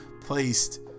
placed